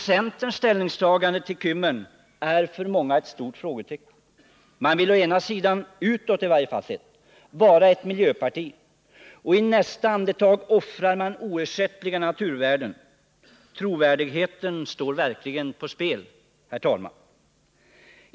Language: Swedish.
Centerns ställningstagande till Kymmen är för många ett stort frågetecken. Man vill å ena sidan vara ett miljöparti, i varje fall utåt. I nästa andetag offrar man oersättliga naturvärden. Trovärdigheten står verkligen på spel, herr talman!